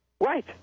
Right